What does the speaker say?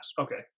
Okay